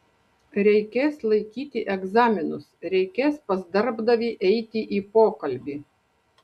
reikės laikyti egzaminus reikės pas darbdavį eiti į pokalbį